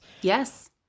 Yes